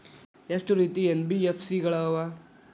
ಎಷ್ಟ ರೇತಿ ಎನ್.ಬಿ.ಎಫ್.ಸಿ ಗಳ ಅವ?